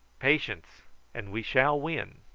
patience and we shall win.